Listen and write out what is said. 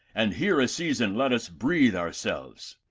and here a season let us breath our selves.